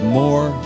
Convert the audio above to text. more